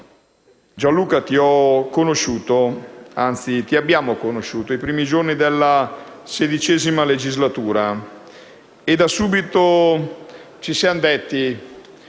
Gianluca, ti abbiamo conosciuto i primi giorni della XVI legislatura e da subito ci siamo detti: